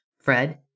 Fred